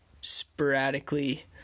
sporadically